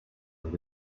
ring